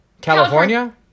California